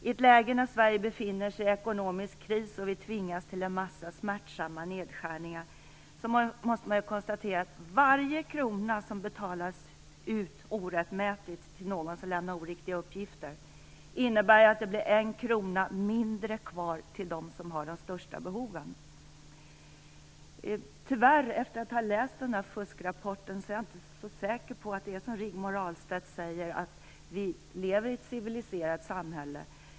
I ett läge då Sverige befinner sig i en ekonomisk kris och vi tvingas till en mängd smärtsamma nedskärningar måste vi konstatera att varje krona som orättmätigt betalas ut till någon som lämnar oriktiga uppgifter innebär att det blir en krona mindre till dem som har de största behoven. Efter att ha läst rapporten om fusk är jag tyvärr inte så säker på att det är som Rigmor Ahlstedt säger, att vi lever i ett civiliserat samhälle.